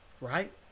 right